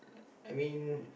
I mean